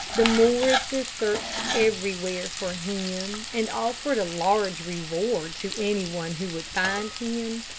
the morrises searched everywhere for him, and offered a large reward to any one who would find him,